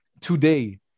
today